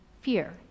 fear